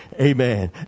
Amen